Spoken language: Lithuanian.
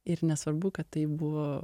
ir nesvarbu kad tai buvo